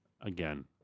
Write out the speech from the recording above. Again